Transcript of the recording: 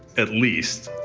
at least,